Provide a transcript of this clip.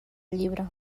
llibre